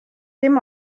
dim